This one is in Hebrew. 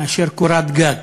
מאשר קורת גג.